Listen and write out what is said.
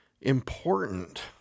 important